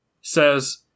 says